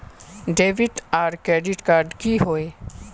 Debit आर credit card की होय?